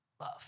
love